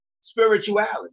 spirituality